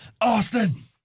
Austin